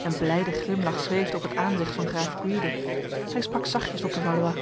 een blijde glimlach zweefde op het aanzicht van graaf gwyde hij sprak zachtjes tot de valois